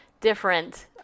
different